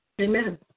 Amen